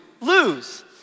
lose